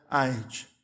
age